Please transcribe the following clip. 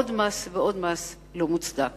עוד מס ועוד מס לא מוצדק.